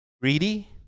Greedy